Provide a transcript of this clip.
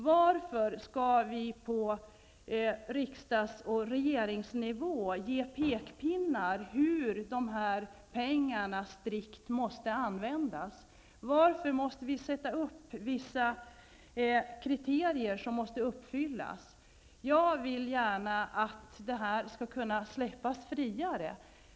Varför skall vi på riksdagsoch regeringsnivå komma med pekpinnar som strikt anger hur de pengarna skall användas? Varför måste vi sätta upp kriterier som måste uppfyllas? Jag vill gärna att anslagsfördelningen skall kunna släppas friare.